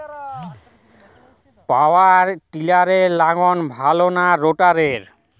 পাওয়ার টিলারে লাঙ্গল ভালো না রোটারের?